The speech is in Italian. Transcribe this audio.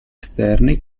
esterni